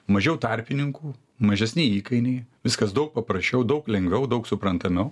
mažiau tarpininkų mažesni įkainiai viskas daug paprasčiau daug lengviau daug suprantamiau